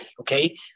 okay